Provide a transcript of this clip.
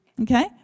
Okay